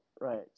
Right